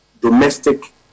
domestic